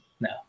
No